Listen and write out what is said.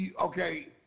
okay